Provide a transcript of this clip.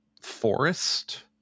forest